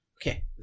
Okay